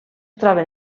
troben